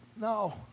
no